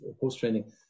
post-training